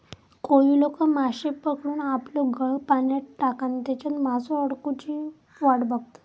कोळी लोका माश्ये पकडूक आपलो गळ पाण्यात टाकान तेच्यात मासो अडकुची वाट बघतत